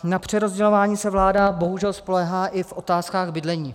Na přerozdělování se vláda bohužel spoléhá i v otázkách bydlení.